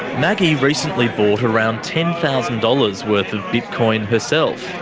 maggie recently bought around ten thousand dollars worth of bitcoin herself.